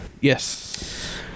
Yes